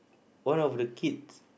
one of the kids